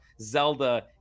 Zelda